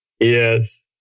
Yes